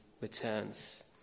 returns